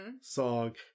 song